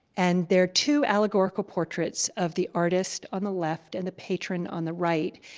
and there are two allegorical portraits of the artist on the left and the patron on the right.